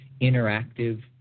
interactive